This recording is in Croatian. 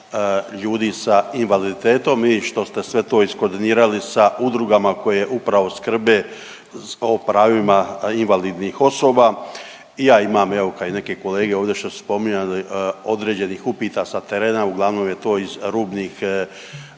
ljudi sa invaliditetom i što ste sve to iskoordinirali sa udrugama koje upravo skrbe o pravima invalidnih osoba. I ja imam, evo kao i neke kolege ovdje što su spominjali, određenih upita sa terena, uglavnom je to iz rubnih